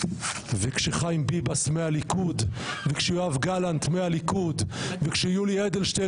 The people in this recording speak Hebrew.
כשחיים ביבס מהליכוד וכשיואב גלנט מהליכוד וכשיולי אדלשטיין